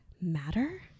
matter